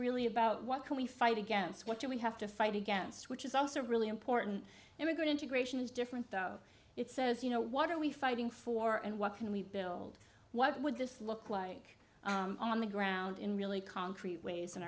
really about what can we fight against what do we have to fight against which is also really important immigrant integration is different it says you know what are we fighting for and what can we build what would this look like on the ground in really concrete ways